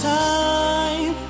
time